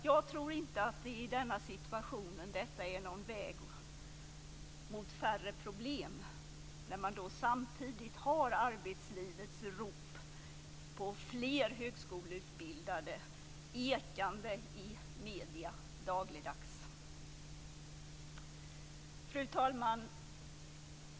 Jag tror inte i denna situation att detta är någon väg mot färre problem, när man samtidigt har arbetslivets rop på fler högskoleutbildade ekande i medierna dagligdags. Fru talman!